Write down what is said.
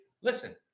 listen